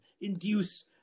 induce